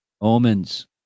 omens